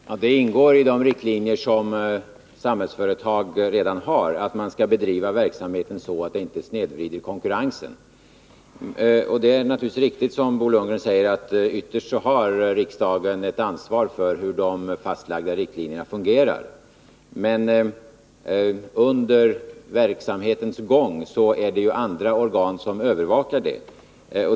Herr talman! Det ingår redan i de riktlinjer som Samhällsföretag har att man skall bedriva verksamheten så att konkurrensen inte snedvrids. Bo Lundgren har naturligtvis rätt när han säger att riksdagen ytterst har ett ansvar för hur de fastlagda riktlinjerna fungerar. Men under verksamhetens gång är det andra organ som övervakar detta.